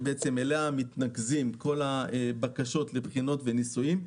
שאליה מתנקזות כל הבקשות לבחינות ולניסויים.